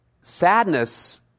sadness